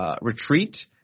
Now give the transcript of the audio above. retreat